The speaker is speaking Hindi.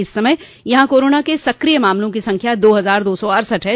इस समय यहां कोरोना के सक्रिय मामलों की संख्या दो हजार दो सौ अड़सठ है